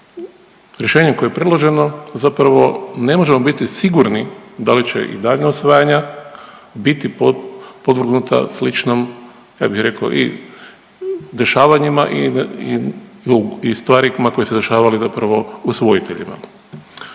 rješenje koje je predloženo zapravo ne možemo biti sigurni da li će i daljnja usvajanja biti podvrgnuta sličnom ja bih rekao i dešavanjima i stvarima koje su se dešavale zapravo usvojiteljima.